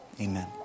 Amen